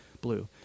Blue